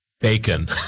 Bacon